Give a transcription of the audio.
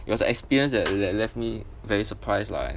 it was a experience that le~ left me very surprised lah